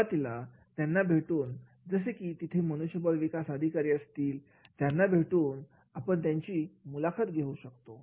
सुरुवातीला त्यांना भेटून जसे की तिथे मनुष्यबळ विकास अधिकारी असतील त्यांना भेटून आपण त्यांची मुलाखत घेऊ शकतो